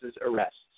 arrests